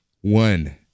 one